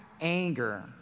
anger